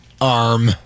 Arm